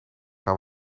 gaan